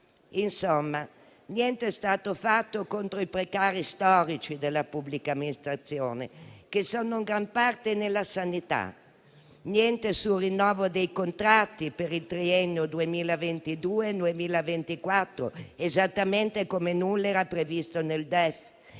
Insomma, niente è stato fatto a proposito dei precari storici della pubblica amministrazione, che sono in gran parte nel settore sanitario; niente sul rinnovo dei contratti per il triennio 2022-2024, esattamente come nulla era previsto nel DEF.